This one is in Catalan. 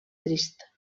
trist